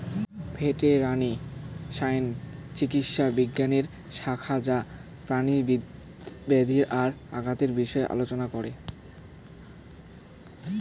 veterinary science চিকিৎসা বিজ্ঞানের শাখা যা প্রাণীর ব্যাধি আর আঘাতের বিষয় আলোচনা করে